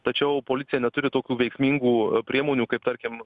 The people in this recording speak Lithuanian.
tačiau policija neturi tokių veiksmingų priemonių kaip tarkim